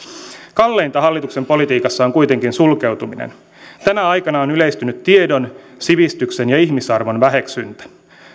kalleinta hallituksen politiikassa on kuitenkin sulkeutuminen tänä aikana on yleistynyt tiedon sivistyksen ja ihmisarvon väheksyntä